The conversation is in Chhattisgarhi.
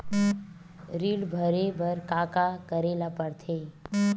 ऋण भरे बर का का करे ला परथे?